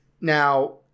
Now